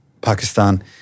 Pakistan